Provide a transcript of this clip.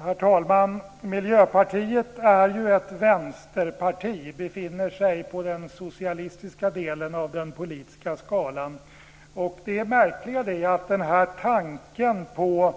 Herr talman! Miljöpartiet är ju ett vänsterparti och befinner sig på den socialistiska delen av skalan. Det märkliga är att tanken på